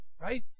right